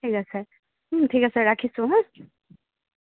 ঠিক আছে ঠিক আছে ৰাখিছোঁ হাঁ